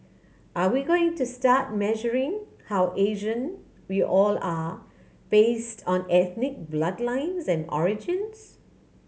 are we going to start measuring how Asian we all are based on ethnic bloodlines and origins